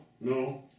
No